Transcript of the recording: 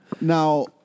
Now